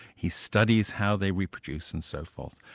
he studies how they reproduce and so forth.